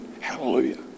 Hallelujah